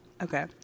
Okay